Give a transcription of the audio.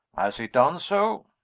has it done so?